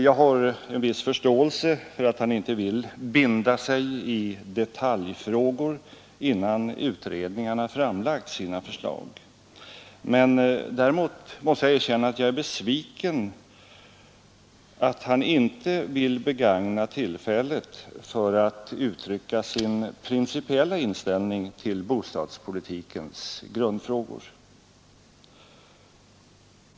Jag har en viss förståelse för att han inte vill binda sig i detaljfrågor innan utredningarna framlagt sina förslag. Däremot måste jag erkänna att jag är besviken över att han inte vill begagna tillfället för att uttrycka sin principiella inställning till bostadspolitikens grundfrågor.